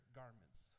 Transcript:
garments